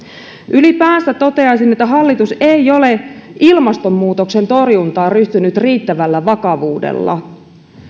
ylipäänsä toteaisin että hallitus ei ole ilmastonmuutoksen torjuntaan ryhtynyt riittävällä vakavuudella